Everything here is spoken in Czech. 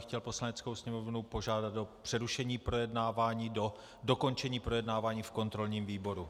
Chtěl bych Poslaneckou sněmovnu požádat o přerušení projednávání do dokončení projednávání v kontrolním výboru.